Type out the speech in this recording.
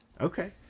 Okay